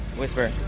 whisper.